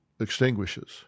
extinguishes